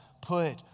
put